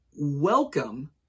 Welcome